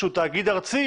שהוא תאגיד ארצי,